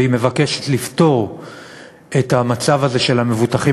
והיא מבקשת לפתור את המצב הזה של המבוטחים